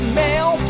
mail